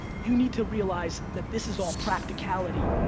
you need to realize that this is all practicality,